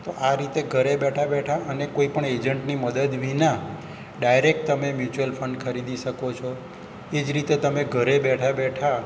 તો આ રીતે ઘરે બેઠા બેઠા અને કોઈપણ એજન્ટની મદદ વિના ડાયરેક તમે ફંડ ખરીદી શકો છો એ જ રીતે તમે ઘરે બેઠા બેઠા